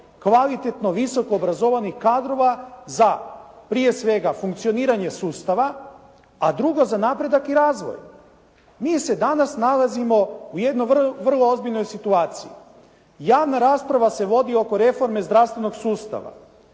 kvalitetno visoko obrazovanih kadrova za prije svega funkcioniranje sustava a drugo za napredak i razvoj. Mi se danas nalazimo u jednoj vrlo ozbiljnoj situaciji. Javna rasprava se vodi oko reforme zdravstvenog sustava.